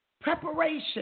Preparation